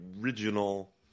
original